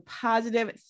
positive